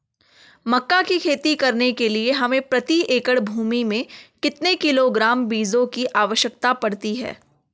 मक्का की खेती करने के लिए हमें प्रति एकड़ भूमि में कितने किलोग्राम बीजों की आवश्यकता पड़ती है?